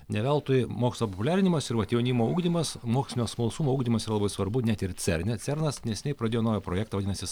ne veltui mokslo populiarinimas ir vat jaunimo ugdymas mokslinio smalsumo ugdymas labai svarbu net ir cerne cernas neseniai pradėjo naują projektą vadinasi